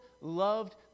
loved